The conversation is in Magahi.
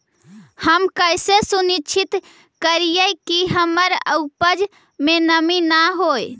हम कैसे सुनिश्चित करिअई कि हमर उपज में नमी न होय?